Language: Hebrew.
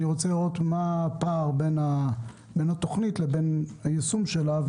אני רוצה לראות מה התוכנית לבין היישום שלה,